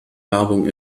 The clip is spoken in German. werbung